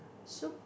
so